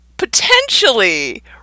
potentially